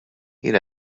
jien